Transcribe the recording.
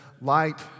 light